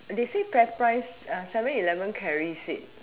that say fairprice seven eleven carry it's